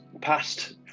past